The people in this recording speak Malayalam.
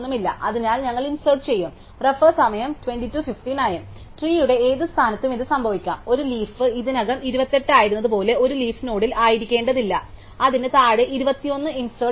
അതിനാൽ ഞങ്ങൾ ഇൻസെർട് ചെയ്യും അതിനാൽ ട്രീയുടെ ഏത് സ്ഥാനത്തും ഇത് സംഭവിക്കാം ഒരു ലീഫ് ഇതിനകം 28 ആയിരുന്നതുപോലെ ഒരു ലീഫ് നോഡിൽ ആയിരിക്കേണ്ടതില്ല അതിന് താഴെ 21 ഇൻസെർട് ചെയ്യും